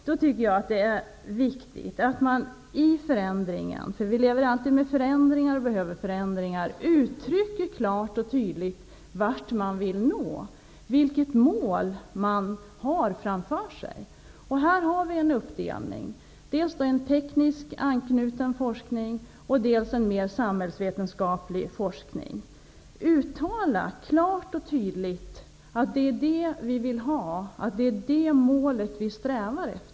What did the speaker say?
Det är då viktigt att vid förändringen -- vi lever alltid med förändringar, vilket vi behöver -- klart och tydligt uttrycka vad målet är. Det finns här en uppdelning dels i en tekniskt anknuten forskning, dels i en samhällsvetenskaplig forskning. Uttala klart och tydligt att det är det målet som eftersträvas!